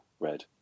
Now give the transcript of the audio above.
Red